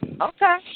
Okay